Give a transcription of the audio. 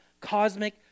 cosmic